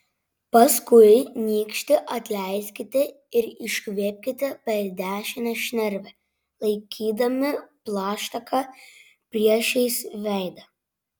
paskui nykštį atleiskite ir iškvėpkite per dešinę šnervę laikydami plaštaką priešais veidą